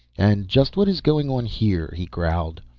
and just what is going on here? he growled.